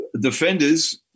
defenders